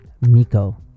Miko